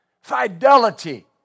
fidelity